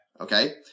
Okay